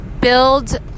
build